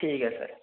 ठीक ऐ सर